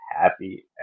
happy